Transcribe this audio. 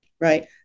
right